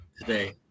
today